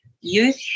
youth